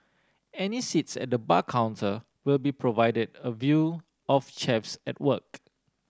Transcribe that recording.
any seats at the bar counter will be provided a view of chefs at work